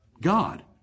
God